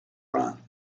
run